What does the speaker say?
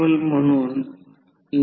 आणि जे कोरमध्ये मॅग्नेटिक फ्लक्स सेट करते